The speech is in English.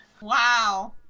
Wow